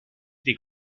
des